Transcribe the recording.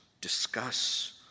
discuss